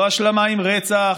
לא השלמה עם רצח,